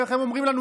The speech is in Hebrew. איך הם אומרים לנו?